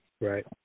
Right